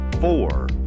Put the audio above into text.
four